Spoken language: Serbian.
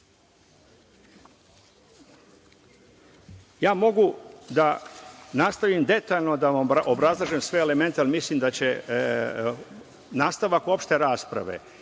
budžeta. Mogu da nastavim detaljno da vam obrazlažem sve elemente, ali mislim da će nastavak opšte rasprave